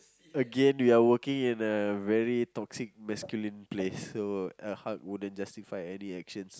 again we are working in a very toxic masculine place so our heart wouldn't justify any actions